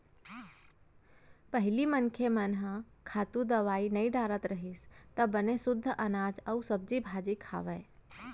पहिली मनखे मन ह खातू, दवई नइ डारत रहिस त बने सुद्ध अनाज अउ सब्जी भाजी खावय